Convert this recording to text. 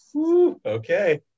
Okay